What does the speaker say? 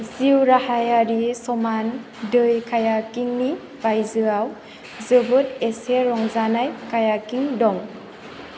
जिउ राहायारि समान दै कायाकिंनि बायजोआव जोबोद एसे रंजानाय कायाकिं दङ